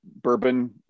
bourbon